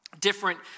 different